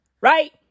Right